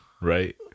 right